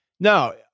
No